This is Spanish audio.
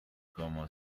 como